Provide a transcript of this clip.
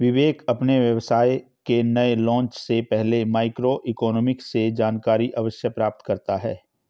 विवेक अपने व्यवसाय के नए लॉन्च से पहले माइक्रो इकोनॉमिक्स से जानकारी अवश्य प्राप्त करता है